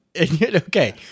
Okay